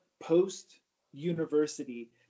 post-university